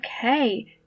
okay